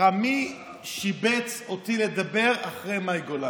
מי שיבץ אותי לדבר אחרי מאי גולן?